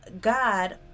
God